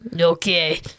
Okay